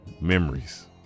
memories